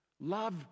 Love